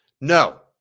no